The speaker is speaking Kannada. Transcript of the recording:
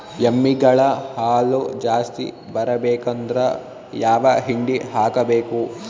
ಎಮ್ಮಿ ಗಳ ಹಾಲು ಜಾಸ್ತಿ ಬರಬೇಕಂದ್ರ ಯಾವ ಹಿಂಡಿ ಹಾಕಬೇಕು?